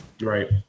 Right